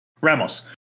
Ramos